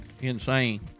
insane